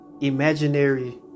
imaginary